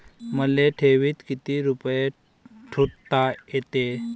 मले ठेवीत किती रुपये ठुता येते?